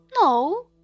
No